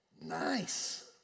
Nice